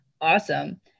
awesome